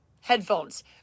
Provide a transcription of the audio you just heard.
headphones